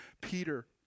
Peter